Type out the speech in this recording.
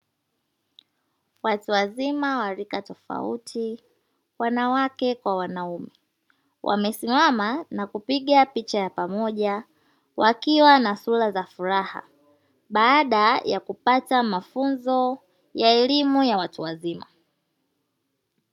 Watu wazima wa rika tofauti, wanawake kwa wanaume, wamesimama na kupiga picha ya pamoja wakiwa na sura za furaha baada ya kupata mafunzo ya elimu ya watu wazima.